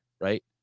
right